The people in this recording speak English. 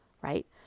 right